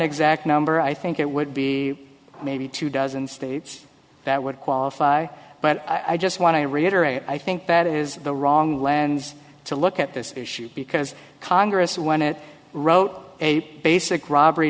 exact number i think it would be maybe two dozen states that would qualify but i just want to reiterate i think that is the wrong lens to look at this issue because congress when it wrote a basic robbery